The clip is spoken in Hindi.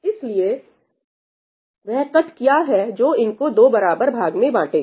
इसलिए वह कट क्या है जो इनको 2 बराबर भाग में बांटेगा